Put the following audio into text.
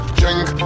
drink